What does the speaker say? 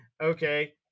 Okay